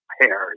hair